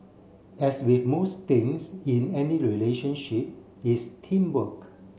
as with most things in any relationship it's teamwork